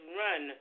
run